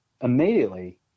Immediately